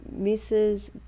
Mrs